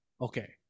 okay